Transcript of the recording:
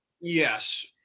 Yes